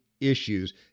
issues